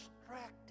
distracted